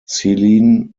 selene